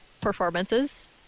performances